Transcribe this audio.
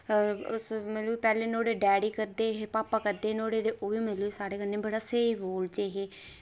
अस मतलब पैह्लें नुहाड़े डैडी करदे हेे भापा करदे नुहाड़े ते ओह्बी मतलब साढ़े कन्नै स्हेई बोलदे हे